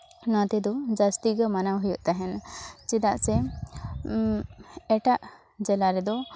ᱚᱱᱟᱛᱮᱫᱚ ᱡᱟᱹᱥᱛᱤ ᱜᱮ ᱢᱟᱱᱟᱣ ᱦᱩᱭᱩᱜ ᱛᱟᱦᱮᱱ ᱪᱮᱫᱟᱜ ᱥᱮ ᱮᱴᱟᱜ ᱡᱮᱞᱟ ᱨᱮᱫᱚ